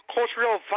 Cultural